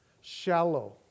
shallow